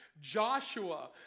Joshua